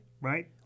right